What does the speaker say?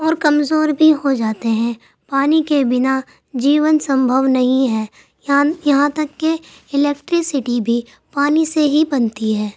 اور کمزور بھی ہو جاتے ہیں پانی کے بنا جیون سمبھو نہیں ہے یان یہاں تک کہ الیکٹریسٹی بھی پانی سے ہی بنتی ہے